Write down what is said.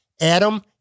Adam